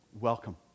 welcome